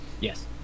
Yes